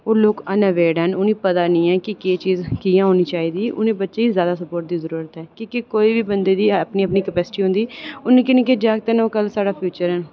ओह् लोक इनअवेयर न उ'नेंगी पता निं ऐ की केह् चीज़ कि'यां होना चाहिदी उ'नें बच्चें गी जादा स्पोर्ट दी जरूरत ऐ की के कोई बी बंदे दी अपनी अपनी कपैसिटी होंदी ओह् निक्के निक्के जागत् न ओह् कल्ल दा साढ़ा फ्यूचर न